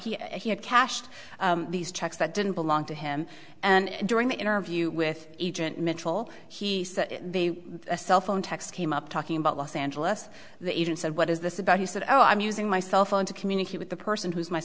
cash he had cashed these checks that didn't belong to him and during that interview with egypt michel he said the cell phone text came up talking about los angeles they even said what is this about he said oh i'm using my cell phone to communicate with the person who is my